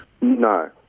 No